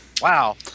Wow